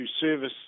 service